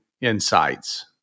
insights